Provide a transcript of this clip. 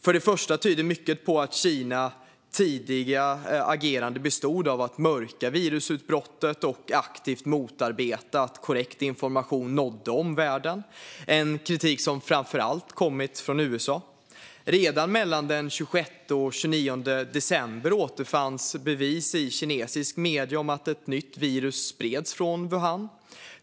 För det första tyder mycket på att Kinas tidiga agerande bestod av att mörka virusutbrottet och aktivt motarbeta att korrekt information nådde omvärlden. Det är en kritik som framför allt kommit från USA. Redan mellan den 26 och den 29 december återfanns bevis i kinesiska medier om att ett nytt virus spreds från Wuhan.